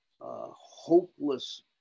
hopeless